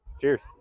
cheers